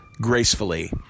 gracefully